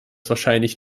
wahrscheinlich